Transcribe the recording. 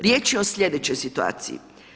Riječ je o sljedećoj situaciji.